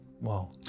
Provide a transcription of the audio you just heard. Wow